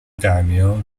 改名